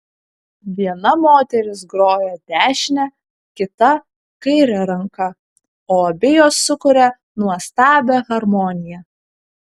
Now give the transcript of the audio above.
viena moteris groja dešine kita kaire ranka o abi jos sukuria nuostabią harmoniją